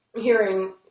hearing